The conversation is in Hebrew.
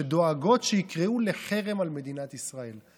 שדואגות שיקראו לחרם על מדינת ישראל.